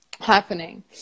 happening